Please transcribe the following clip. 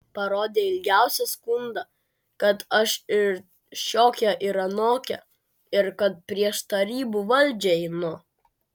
parodė ilgiausią skundą kad aš ir šiokia ir anokia ir kad prieš tarybų valdžią einu